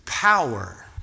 Power